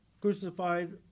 crucified